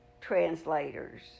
translators